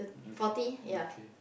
forty ya